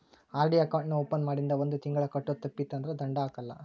RD account ನಾ open ಮಾಡಿಂದ ಒಂದ್ ತಿಂಗಳ ಕಟ್ಟೋದು ತಪ್ಪಿತಂದ್ರ ದಂಡಾ ಹಾಕಲ್ಲ